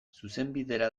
zuzenbidera